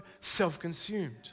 self-consumed